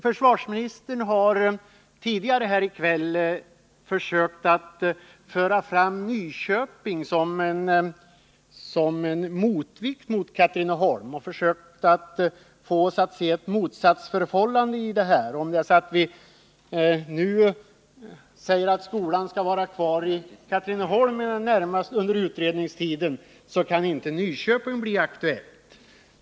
Försvarsministern har tidigare i kväll försökt föra fram Nyköping som en motvikt till Katrineholm och försökt få oss att se ett motsatsförhållande mellan dessa båda orter. Om vi nu säger att skolan skall vara kvar i Katrineholm under utredningstiden så kan inte Nyköping bli aktuellt.